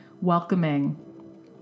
welcoming